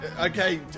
Okay